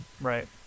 right